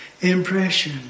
impression